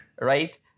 Right